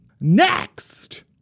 Next